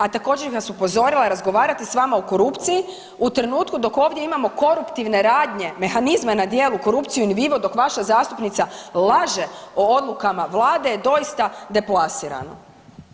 A također bih vas upozorila razgovarati s vama o korupciji u trenutku dok ovdje imamo koruptivne radnje, mehanizme na djelu korupciju in vivo dok vaša zastupnica laže o odlukama Vlade je doista deplasirano.